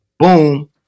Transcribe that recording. Boom